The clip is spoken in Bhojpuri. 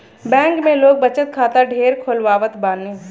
बैंक में लोग बचत खाता ढेर खोलवावत बाने